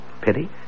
Pity